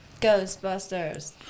Ghostbusters